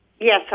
Yes